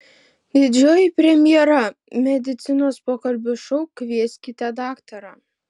didžioji premjera medicinos pokalbių šou kvieskite daktarą